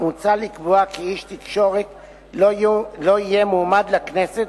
מוצע לקבוע כי איש תקשורת לא יהיה מועמד לכנסת